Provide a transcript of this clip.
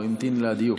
הוא המתין לדיוק.